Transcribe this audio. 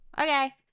Okay